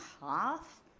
half